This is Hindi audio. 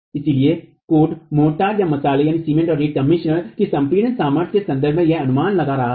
इसलिए कोड मोर्टारमसाले सीमेंट रेत का मिश्रण की संपीड़ित सामर्थ्य के संदर्भ में यह अनुमान लगा रहा है